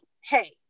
hey